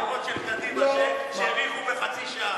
זה הבחירות של קדימה, שהאריכו בחצי שעה.